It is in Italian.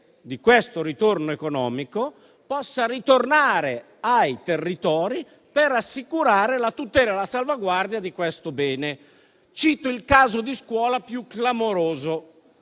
di questo ritorno economico possa ritornare ai territori per assicurare la tutela e la salvaguardia di questo bene. Cito il caso di scuola più clamoroso: